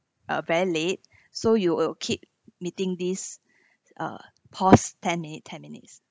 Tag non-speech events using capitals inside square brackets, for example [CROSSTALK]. uh very late [BREATH] so you will keep meeting this [BREATH] uh pause ten minutes ten minutes